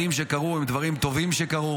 שדברים שקרו הם דברים טובים שקרו